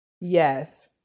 Yes